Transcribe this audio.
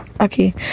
Okay